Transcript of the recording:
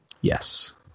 Yes